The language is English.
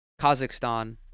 Kazakhstan